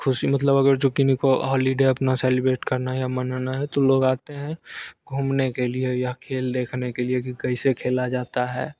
खुशी मतलब अगर जो किन्हीं को हॉलिडे अपना सेलिब्रेट करना है या मनाना है तो लोग आते हैं घूमने के लिए या खेल देखने के लिए कि कैसे खेला जाता है